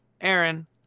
Aaron